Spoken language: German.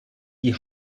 die